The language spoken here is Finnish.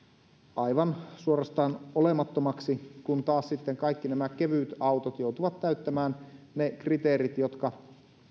aivan suorastaan olemattomaksi kun taas sitten kaikki nämä kevytautot joutuvat täyttämään ne kriteerit jotka